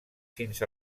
fins